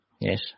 yes